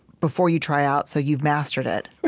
before you try out so you've mastered it,